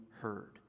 heard